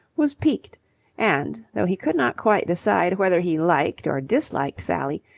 was piqued and, though he could not quite decide whether he liked or disliked sally,